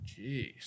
Jeez